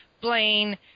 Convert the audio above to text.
Blaine